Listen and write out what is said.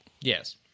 Yes